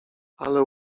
ale